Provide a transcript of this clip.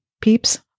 peeps